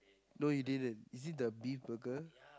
no you didn't is it the beef burger